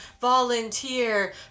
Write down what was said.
volunteer